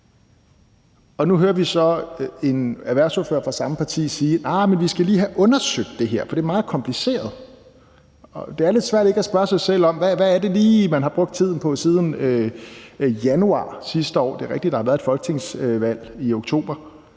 Nu hører vi så en erhvervsordfører fra samme parti sige, at vi lige skal have undersøgt det her, for det er meget kompliceret. Det er selvfølgelig særlig frustrerende, for det er lidt svært ikke at spørge sig selv om, hvad det lige er, man har brugt tiden på siden januar sidste år. Det er rigtigt, at der har været et folketingsvalg i oktober,